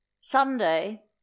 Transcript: Sunday